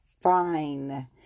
fine